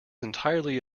entirely